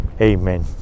Amen